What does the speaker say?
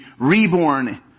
reborn